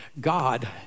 God